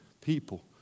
people